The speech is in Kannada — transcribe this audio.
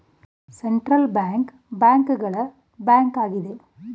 ಸೆಂಟ್ರಲ್ ಬ್ಯಾಂಕ್ ಬ್ಯಾಂಕ್ ಗಳ ಬ್ಯಾಂಕ್ ಆಗಿದೆ